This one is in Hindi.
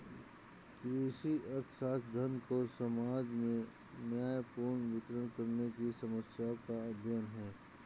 कृषि अर्थशास्त्र, धन को समाज में न्यायपूर्ण वितरण करने की समस्याओं का अध्ययन है